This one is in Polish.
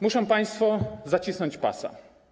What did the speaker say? Muszą państwo zacisnąć pasa.